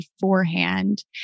beforehand